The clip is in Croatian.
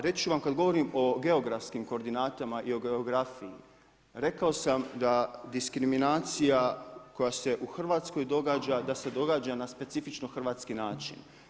Reći ću vam kada govorim o geografskim koordinatama i o geografiji, rekao sam da diskriminacija, koja se u Hrvatskoj događa, da se događa na specifično hrvatski način.